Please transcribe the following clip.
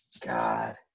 God